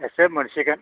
एसे मोनसिगोन